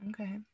okay